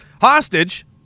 hostage